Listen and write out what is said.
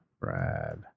Brad